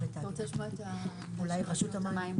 אתה רוצה לשמוע את רשות המים?